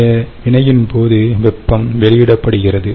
இந்த வினையின் போது வெப்பம் வெளியிடப்படுகிறது